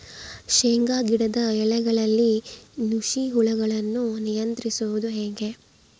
ಶೇಂಗಾ ಗಿಡದ ಎಲೆಗಳಲ್ಲಿ ನುಷಿ ಹುಳುಗಳನ್ನು ನಿಯಂತ್ರಿಸುವುದು ಹೇಗೆ?